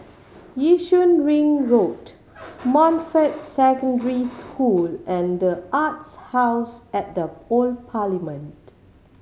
Yishun Ring Road Montfort Secondary School and The Arts House at the Old Parliament